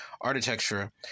architecture